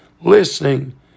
listening